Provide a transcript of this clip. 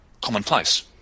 commonplace